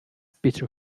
bitte